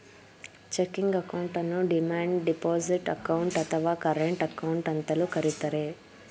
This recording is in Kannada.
ಚೆಕಿಂಗ್ ಅಕೌಂಟನ್ನು ಡಿಮ್ಯಾಂಡ್ ಡೆಪೋಸಿಟ್ ಅಕೌಂಟ್, ಅಥವಾ ಕರೆಂಟ್ ಅಕೌಂಟ್ ಅಂತಲೂ ಕರಿತರೆ